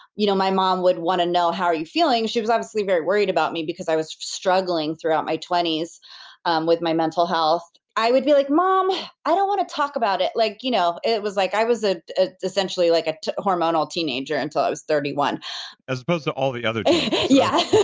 you know my mom would want to know, how are you feeling? she was obviously very worried about me, because i was struggling throughout my twenty s um with my mental health. i would be like, mom, i don't want to talk about it. like you know it was like i was ah ah essentially like ah a hormonal teenager until i was thirty one point as opposed to all the other yeah